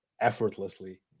effortlessly